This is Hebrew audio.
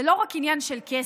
זה לא רק עניין של כסף,